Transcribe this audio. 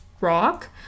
rock